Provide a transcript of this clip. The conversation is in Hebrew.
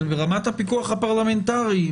ברמת הפיקוח הפרלמנטרי,